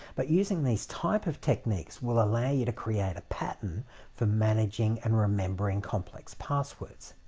but using these types of techniques will allow you to create a pattern for managing and remembering complex passwords.